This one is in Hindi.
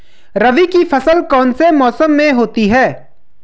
रबी की फसल कौन से मौसम में होती है?